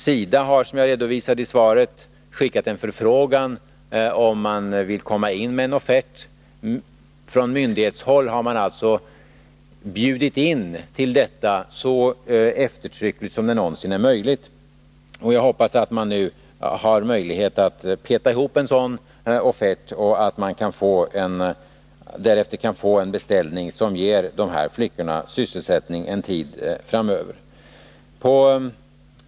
SIDA har, som jag redovisade i svaret, skickat en förfrågan om man vill komma in med en offert. Från myndighetshåll har man bjudit in till detta så eftertryckligt som det någonsin är möjligt. Och jag hoppas att man nu har möjlighet att peta ihop en sådan offert och att man därefter kan få en beställning som ger de 13 sömmerskorna sysselsättning en tid framöver.